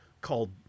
called